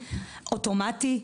אוטומטי,